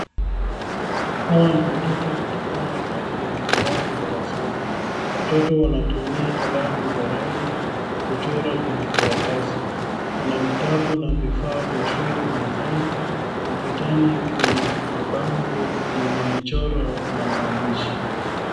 Hawa ni watoto wakifanya kazi ya nyumbani darasani ,watoto wanatumia kalamu za rangi kuchora kwenye karatasi kuna vitabu na vifaa vya shule mezani, ukutani kuna mabango yenye michoro na maandishi.